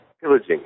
pillaging